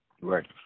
Right